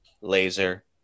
Laser